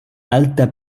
alta